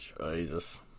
jesus